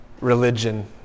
religion